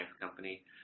company